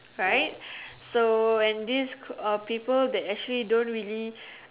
right so and this uh people that actually don't really